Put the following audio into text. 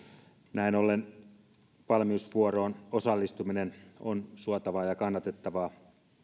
näin ollen valmiusvuoroon osallistuminen on suotavaa ja kannatettavaa